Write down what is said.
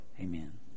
Amen